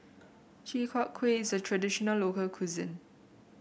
Chi Kak Kuih is a traditional local cuisine